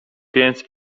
więc